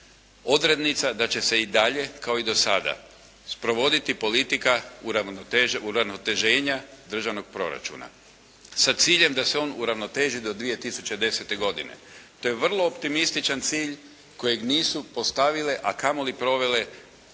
odrednica da će se i dalje kao i dosada sprovoditi politika uravnoteženja državnog proračuna sa ciljem da se on uravnoteži do 2010. godine. To je vrlo optimističan cilj kojeg nisu postavile a kamoli provele